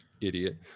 idiot